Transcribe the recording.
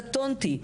קטונתי.